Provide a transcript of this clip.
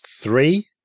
three